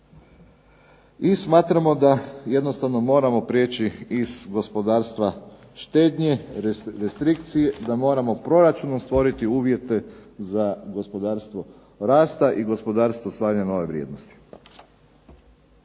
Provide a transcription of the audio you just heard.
I smatramo da jednostavno moramo prijeći iz gospodarstva štednje, restrikcije, da moramo proračunom stvoriti uvjete za gospodarstvo rasta i gospodarstva stvaranja nove vrijednosti.